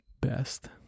best